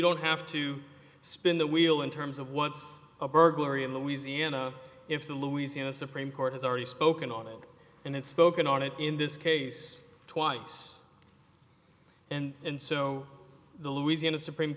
don't have to spin the wheel in terms of what's a burglary in louisiana if the louisiana supreme court has already spoken on it and it's spoken on it in this case twice and so the louisiana supreme